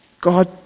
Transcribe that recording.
God